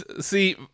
see